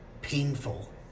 painful